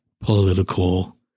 political